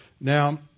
Now